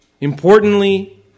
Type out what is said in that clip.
Importantly